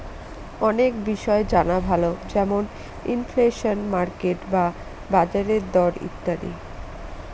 অনেক বিষয় জানা ভালো যেমন ইনফ্লেশন, মার্কেট বা বাজারের দর ইত্যাদি